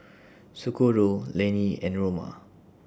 Socorro Lannie and Roma